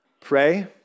Pray